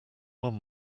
one